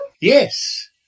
Yes